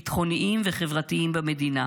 ביטחוניים וחברתיים במדינה.